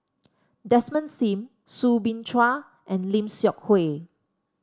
Desmond Sim Soo Bin Chua and Lim Seok Hui